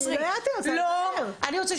אני לא הערתי, אני רוצה לדבר.